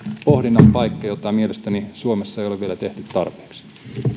pohdinnan paikka jota mielestäni suomessa ei ole vielä tehty tarpeeksi